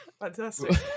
fantastic